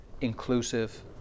inclusive